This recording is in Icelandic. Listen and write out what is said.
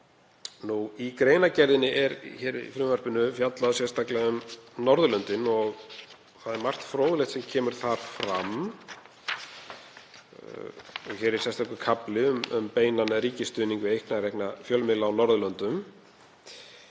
Í greinargerðinni í frumvarpinu er fjallað sérstaklega um Norðurlöndin og það er margt fróðlegt sem kemur þar fram. Hér er sérstakur kafli um beinan ríkisstuðning við einkarekna fjölmiðla á Norðurlöndum.